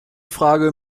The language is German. frage